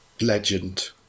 legend